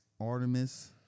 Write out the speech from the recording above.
Artemis